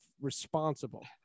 responsible